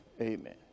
Amen